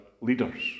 leaders